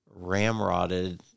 ramrodded